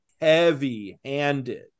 heavy-handed